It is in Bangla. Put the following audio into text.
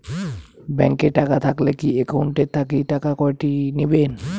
ব্যাংক এ টাকা থাকিলে কি একাউন্ট থাকি টাকা কাটি নিবেন?